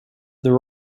the